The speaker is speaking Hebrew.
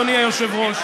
אדוני היושב-ראש,